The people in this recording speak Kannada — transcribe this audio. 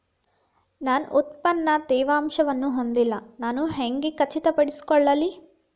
ನನ್ನ ಉತ್ಪನ್ನ ತೇವಾಂಶವನ್ನು ಹೊಂದಿಲ್ಲಾ ನಾನು ಹೆಂಗ್ ಖಚಿತಪಡಿಸಿಕೊಳ್ಳಲಿ?